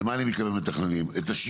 האם אתם מתכננים את השיטה?